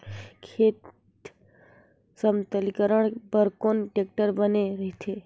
खेत समतलीकरण बर कौन टेक्टर बने रथे?